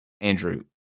Andrew